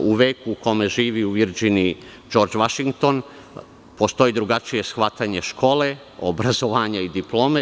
U veku u kome živi u Virdžiniji Džordž Vašington postoji drugačije shvatanje škole, obrazovanja i diplome.